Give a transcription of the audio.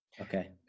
okay